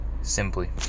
Simply